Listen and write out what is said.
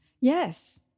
Yes